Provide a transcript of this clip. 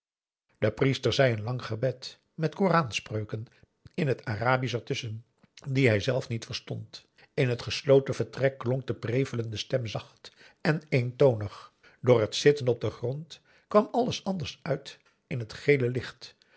de priester zei een lang gebed met koranspreuken in het arabisch ertusschen die hij zelf niet verstond in het gesloten vertrek klonk de prevelende stem zacht en eentonig door het zitten op den grond kwam alles anders uit in het gele licht